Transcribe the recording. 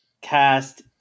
cast